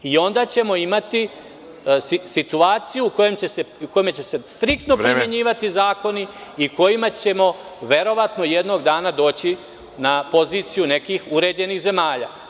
Onda ćemo imati situaciju u kojoj će se striktno primenjivati zakoni i kojima ćemo verovatno jednog dana doći na poziciju nekih uređenih zemalja.